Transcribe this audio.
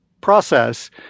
process